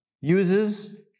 uses